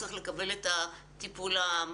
הוא צריך לקבל את הטיפול המתאים.